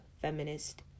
feminist